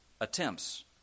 attempts